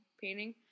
painting